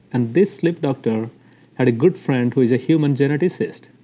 and this sleep doctor had a good friend who is a human geneticist,